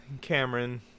Cameron